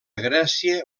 grècia